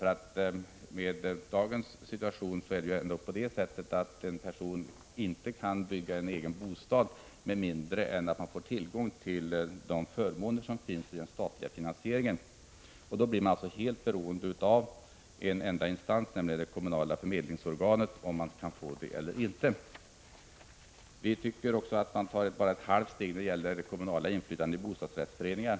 I dagens situation kan en person inte bygga en egen bostad med mindre än att han får tillgång till de förmåner som finns i den statliga finansieringen. Han blir alltså helt beroende av en enda instans, det kommunala förmedlingsorganet. Vi tycker också att man bara tar ett halvt steg i fråga om det kommunala inflytandet i bostadsrättsföreningar.